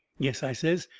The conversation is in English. yes, i says,